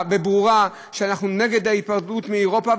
וברורה: אנחנו נגד ההיפרדות מאירופה,